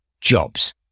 Jobs